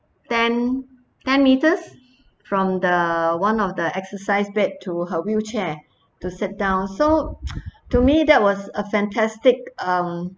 ten ten meters from the one of the exercise bed to her wheelchair to sit down so to me that was a fantastic um